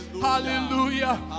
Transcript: Hallelujah